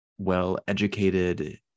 well-educated